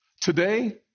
Today